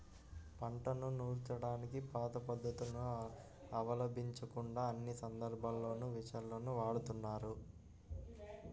పంటను నూర్చడానికి పాత పద్ధతులను అవలంబించకుండా అన్ని సందర్భాల్లోనూ మిషన్లనే వాడుతున్నారు